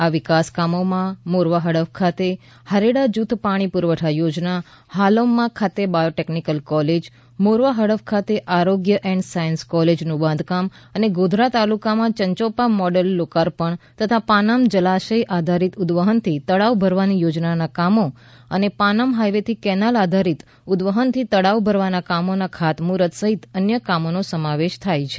આ વિકાસ કામોમાં મોરવા હડફ ખાતે હારેડા જૂથ પાણી પુરવઠા યોજના હાલોમ ખાતે બાયોટેકનીકલ કોલેજ મોરવા હડફ ખાતે આરોગ્ય એન્ડ સાયન્સ કોલેજનું બાંધકામનું અને ગોધરા તાલુકામાં ચંચોપા મોડેલ લોકાર્પણ તથા પાનમ જલાશય આધારીત ઉદવહનથી તળાવ ભરવાની યોજનાનાં કામો અને પાનમં હાઈવેથી કેનાલ આધારીત ઉદવહનથી તળાવ ભરવાનાં કામોનાં ખાતમુર્ફત સહિત અન્ય કામોનો સમાવેશ થાય છે